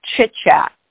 chit-chat